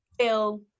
feel